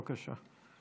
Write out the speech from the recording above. בבקשה.